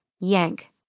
Yank